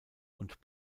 und